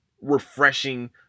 refreshing